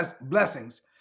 blessings